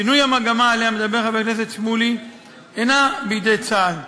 שינוי המגמה שעליו מדבר חבר הכנסת שמולי אינו בידי צה"ל.